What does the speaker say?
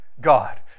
God